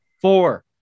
four